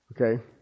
Okay